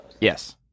Yes